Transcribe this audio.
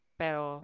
pero